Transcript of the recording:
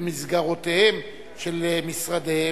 ובמסגרות של משרדיהם,